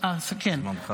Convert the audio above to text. זמנך.